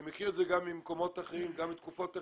אני מכיר את זה גם ממקומות אחרים וגם מתקופות אחרות,